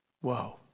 Whoa